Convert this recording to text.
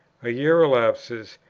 a year elapses,